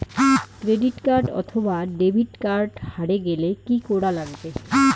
Credit card অথবা debit card হারে গেলে কি করা লাগবে?